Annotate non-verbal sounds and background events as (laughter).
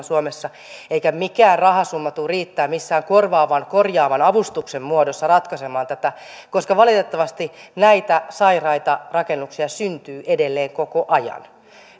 (unintelligible) suomessa eikä mikään rahasumma tule riittämään missään korjaavan avustuksen muodossa ratkaisemaan tätä koska valitettavasti näitä sairaita rakennuksia syntyy edelleen koko ajan tämä